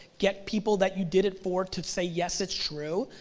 get people that you did it for to say yes it's true,